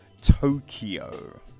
tokyo